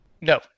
No